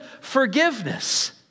forgiveness